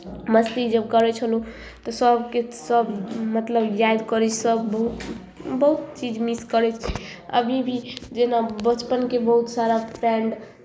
मस्ती जब करै छलहुँ तऽ सभके सभ मतलब याद करी सभ बहुत बहुत चीज मिस करै छी अभी भी जेना बचपनके बहुत सारा फ्रेंड